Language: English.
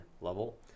level